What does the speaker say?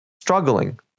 struggling